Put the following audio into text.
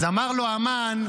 אז אמר לו המן: